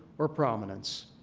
or prominence.